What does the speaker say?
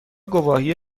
گواهی